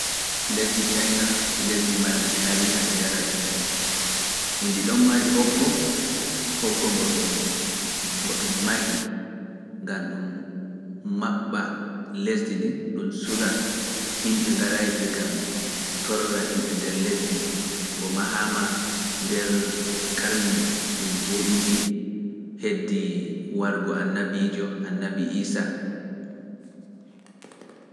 Lesdi caayna, lesdi mbarndi tariik haa e daraja. Indi ɗon mari hoggo, hoggo ngo ɗum mahi, ngam ɗum maɓɓa lesdi ndi, ɗum sura himɓe garayɓe ngam torra himɓe nder lesdi ndi, ngo mahaama nder karni ɗum jeeɗiɗi heddi wargo annabiijo annabi Iisaa.